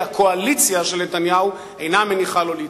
כי הקואליציה של נתניהו אינה מניחה לו להתקדם.